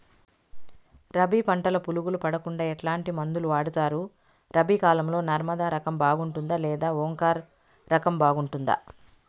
రబి పంటల పులుగులు పడకుండా ఎట్లాంటి మందులు వాడుతారు? రబీ కాలం లో నర్మదా రకం బాగుంటుందా లేదా ఓంకార్ రకం బాగుంటుందా?